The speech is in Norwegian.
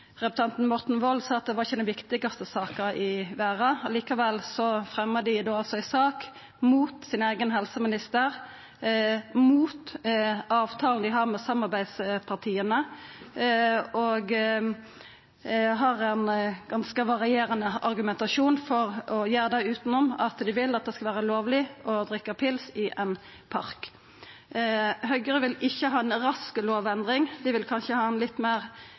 representanten Wold at det ikkje var den viktigaste saka i verda. Likevel fremjar dei ei sak mot sin eigen helseminister, mot avtala dei har med samarbeidspartia, og har ein ganske varierande argumentasjon for å gjera det – utanom at dei vil at det skal vera lovleg å drikka pils i parkar. Høgre vil ikkje ha ei rask lovendring. Dei vil kanskje ha ei litt meir